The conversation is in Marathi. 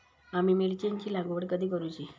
आम्ही मिरचेंची लागवड कधी करूची?